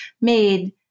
made